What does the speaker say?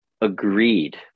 agreed